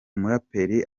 muraperi